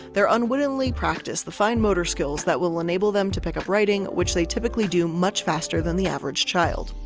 they're unwittingly practice the fine motor skills that will enable them to pick up writing, which they typically do much faster than the average child.